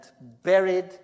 buried